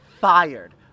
fired